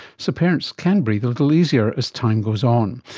so parents can breathe a little easier as time goes on.